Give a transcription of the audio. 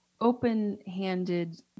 open-handed